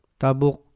tabuk